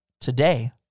Today